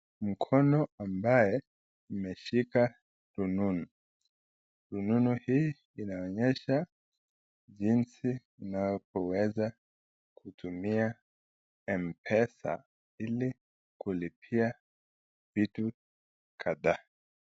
Mkono ambayo imeshika rununu. Rununu hii inaonyesha jinsi unavyoweza kutumia M-pesa ili kulipia vitu kadhaa.